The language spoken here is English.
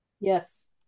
Yes